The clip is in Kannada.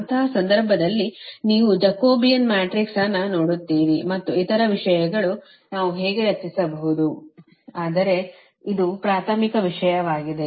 ಅಂತಹ ಸಂದರ್ಭದಲ್ಲಿ ನೀವು ಜಾಕೋಬಿಯನ್ ಮ್ಯಾಟ್ರಿಕ್ಸ್ ಅನ್ನು ನೋಡುತ್ತೀರಿ ಮತ್ತು ಇತರ ವಿಷಯಗಳು ನಾವು ಹೇಗೆ ರಚಿಸಬಹುದು ಆದರೆ ಇದು ಪ್ರಾಥಮಿಕ ವಿಷಯವಾಗಿದೆ